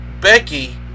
Becky